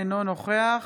אינו נוכח